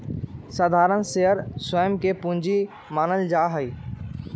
साधारण शेयर स्वयं के पूंजी मानल जा हई